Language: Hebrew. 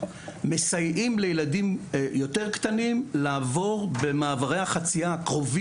מסייעים לילדים יותר קטנים לעבור במעברי החצייה הקרובים.